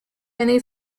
many